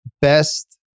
Best